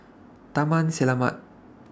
Taman Selamat